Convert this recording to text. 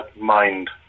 mind